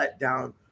letdown